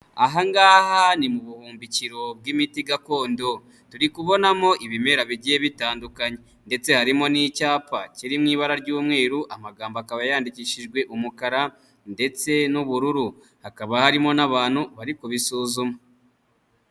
Aha ngaha ni mu buhumbikiro bw'imiti gakondo, turi kubonamo ibimera bigiye bitandukanye ndetse harimo n'icyapa kiri mu ibara ry'umweru, amagambo akaba yandikishijwe umukara ndetse n'ubururu, hakaba harimo n'abantu bari kubisuzuma.